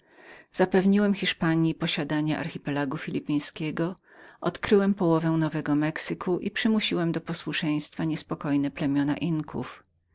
zapewniłem hiszpanji posiadanie archipelagu filipińskiego odkryłem połowę nowego mexyku i przymusiłem do posłuszeństwa niespokojne plemiona inkasów